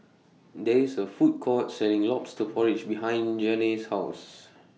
There IS A Food Court Selling Lobster Porridge behind Janae's House